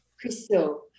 Crystal